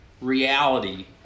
reality